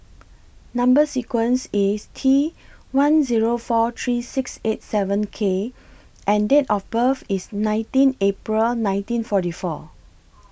Number sequence IS T one Zero four three six eight seven K and Date of birth IS nineteen April nineteen forty four